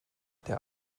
der